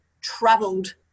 traveled